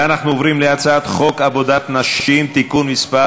אנחנו עוברים להצעת חוק עבודת נשים (תיקון מס'